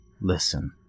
Listen